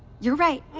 you're right.